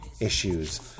issues